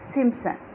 Simpson